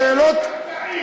השאלות, תגיד: